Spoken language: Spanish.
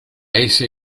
ese